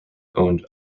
owned